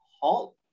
halt